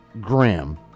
Graham